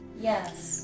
Yes